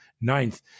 ninth